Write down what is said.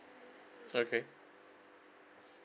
okay